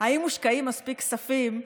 אם מושקעים מספיק כספים,